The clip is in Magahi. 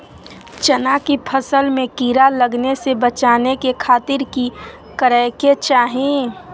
चना की फसल में कीड़ा लगने से बचाने के खातिर की करे के चाही?